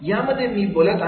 याविषयी मी बोलत आहे